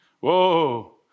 Whoa